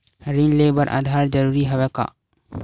ऋण ले बर आधार जरूरी हवय का?